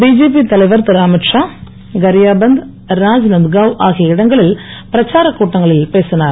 BJP தலைவர் இரு அமீத்ஷா கரியாபந்த் ராக்நந்த்காவ் ஆகிய இடங்களில் பிரச்சாரக் கூட்டங்களில் பேசினார்